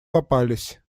попались